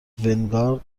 ونگارد